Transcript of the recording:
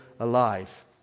alive